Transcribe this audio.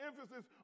emphasis